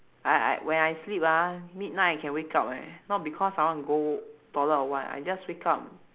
I I when I sleep ah midnight I can wake up eh not because I want to go toilet or what I just wake up